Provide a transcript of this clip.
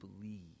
believe